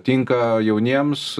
tinka jauniems